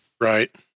Right